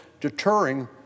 deterring